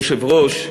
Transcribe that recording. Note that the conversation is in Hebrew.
אדוני היושב-ראש,